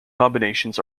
combinations